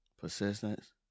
Persistence